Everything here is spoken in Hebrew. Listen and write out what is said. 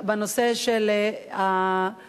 הנושא של הפוסט-דוקטורט,